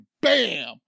bam